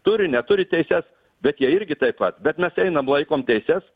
turi neturi teises bet jie irgi taip pat bet mes einam laikom teises